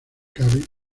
cabe